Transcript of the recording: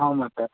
ஆமாம் சார்